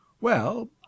Well